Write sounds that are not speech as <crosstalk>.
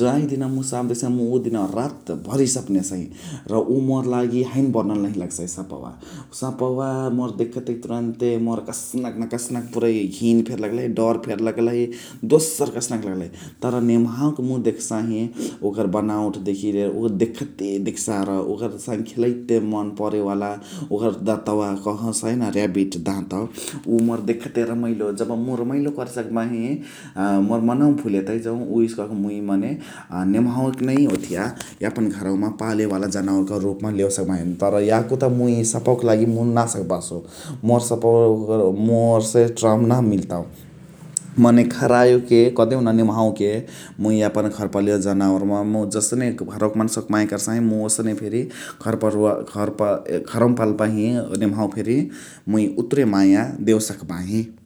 जाही दिनवा मुझ साप देखसही मुइ उअ दिनवा रातभरि सपनेसही र उअ मोर लागि हैन बनल नहिया लगसइ सपावा। सपवा मोर देखतेक तुरून्ते मोर कसनक न कसनक पुरै घिन फेरि लगलही डर फेरि लगलही। दोसर कसनक लगलही। तर नेमहावाके मुइ देखसही, ओकर बनावट देखि लिएर उअ देखते देग्सार । ओकर साङे‌ खेलाइते मन परेवाला। ओकर दतवा कहसइ न र्याबिट दाँत उव मोर देखते रमाइलो । जब मुइ रमाइलो करे सकबही मोर मनवा भुलेतई जौ । उहेसे कहके मुइ मने नेमहावाके नै ओथिया यापन पाले वाला जनावरक रूपमा लेवे सकबही। तर याको त मुइ सपवाक लागि मुइ नाही सकबसु । मोर सपवा <hesitation> मोर से ट्रम नाही मिलतउ । मने खरायोके कदेहु न नेमहावाके मुइ यापन घर पालुवा जनावरमा मुइ जसने घरवाक मन्सावाके माया कर्सही। ओसने फेरि घरपालुवाम <hesitation> घरवामा पाल्बही नेमहावाके फेरि मुझ उतुरे माया देवे सकबाही ।